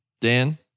Dan